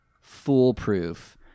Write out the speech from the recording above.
foolproof